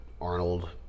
Arnold